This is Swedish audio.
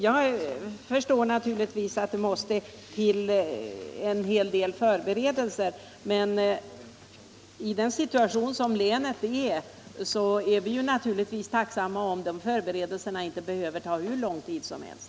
Jag förstår att det måste till en hel del förberedelser, men med hänsyn till länets situation är vi naturligtvis tacksamma om dessa förberedelser inte tar hur lång tid som helst.